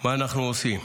מה אנחנו עושים.